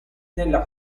nella